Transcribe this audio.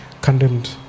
condemned